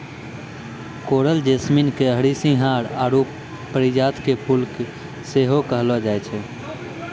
coral jasmine के हरसिंहार आरु परिजात के फुल सेहो कहलो जाय छै